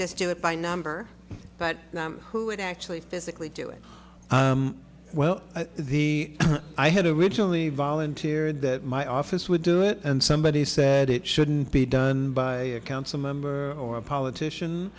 just do it by number but who would actually physically do it well the i had originally volunteered that my office would do it and somebody said it shouldn't be done by a council member or a politician